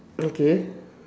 okay